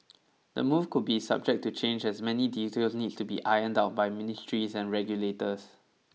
the move could be subject to change as many details need to be ironed out by ministries and regulators